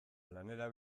lanera